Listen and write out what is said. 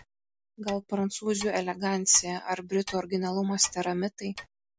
gal prancūzių elegancija ar britų originalumas tėra mitai